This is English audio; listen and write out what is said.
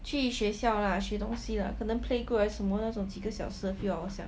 去学校 lah 学东西可能 playgroup 还是什么那种几个小时的 few hours lor